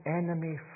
enemy